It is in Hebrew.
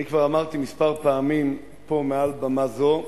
אני כבר אמרתי כמה פעמים פה, מעל במה זו,